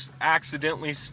accidentally